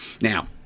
now